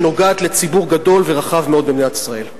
שנוגעת לציבור גדול ורחב מאוד במדינת ישראל.